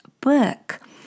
book